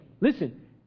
listen